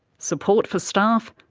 support for staff,